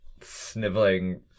sniveling